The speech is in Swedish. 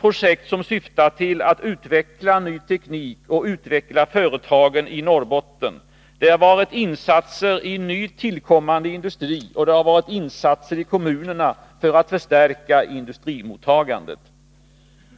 projekt som syftar till att utveckla ny teknik och utveckla företagen i Norrbotten. Det har varit insatser i nytillkommande industri, och det har varit insatser i kommunerna för att förstärka industrimottagandet.